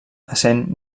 essent